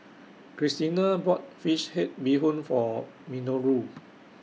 Christena bought Fish Head Bee Hoon For Minoru